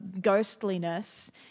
ghostliness